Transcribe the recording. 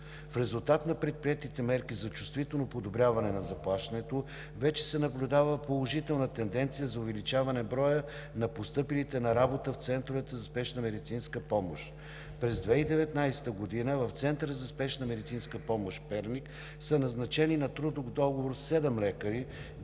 В резултат на предприетите мерки за чувствително подобряване на заплащането се наблюдава положителна тенденция за увеличаване на броя на постъпилите на работа в Центровете за спешна медицинска помощ. През 2019 г. в Центъра за спешна медицинска помощ – Перник, са назначени на трудов договор седем лекари,